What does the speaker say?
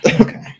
Okay